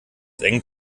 eng